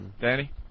Danny